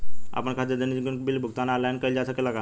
आपन खाता से दैनिक जीवन के बिल के भुगतान आनलाइन कइल जा सकेला का?